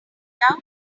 out